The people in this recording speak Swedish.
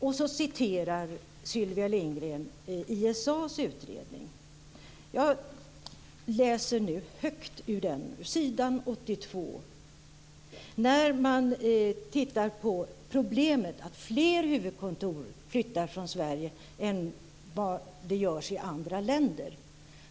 Och så refererar Sylvia Lindgren ISA:s utredning. Jag har utredningen här och ska strax läsa högt ur den, på s. 82. Man tittar på den sidan på problemet att fler huvudkontor flyttar från Sverige än från andra länder.